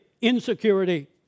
insecurity